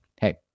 hey